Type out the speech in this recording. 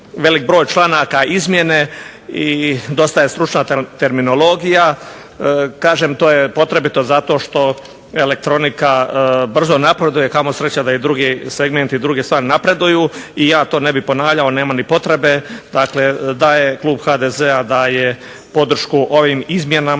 velik broj članaka izmjene i dosta je stručna terminologija. Kažem, to je potrebito zato što elektronika brzo napreduje, kamo sreće da i drugi segmenti i druge stvari napreduju i ja to ne bih ponavljao, nema ni potrebe, dakle da je klub HDZ-a daje podršku ovim izmjenama